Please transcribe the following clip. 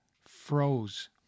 froze